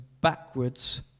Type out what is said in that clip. backwards